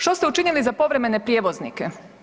Što ste učinili za povremene prijevoznike?